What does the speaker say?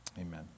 amen